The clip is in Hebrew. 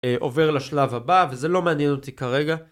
עובר לשלב הבא וזה לא מעניין אותי כרגע